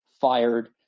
fired